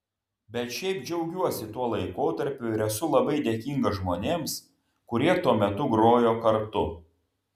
bet šiaip džiaugiuosi tuo laikotarpiu ir esu labai dėkingas žmonėms kurie tuo metu grojo kartu